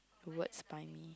words buy me